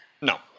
No